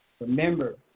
Remember